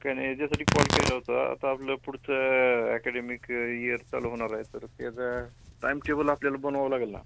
काही नाही याच्यासाठी कॉल केला होता आता आपलं पुढचं ॲकॅडेमिक इयर चालू होणार आहे तर त्याचा टाइम टेबल आपल्याला बनवावं लागेल ना